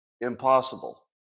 Impossible